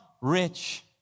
rich